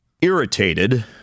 Irritated